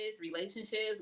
relationships